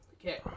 Okay